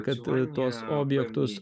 kad tuos objektus